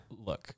look